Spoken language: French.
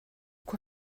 quoi